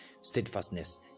steadfastness